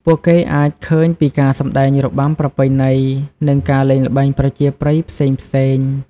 ពួកគេអាចឃើញពីការសម្ដែងរបាំប្រពៃណីនិងការលេងល្បែងប្រជាប្រិយផ្សេងៗ។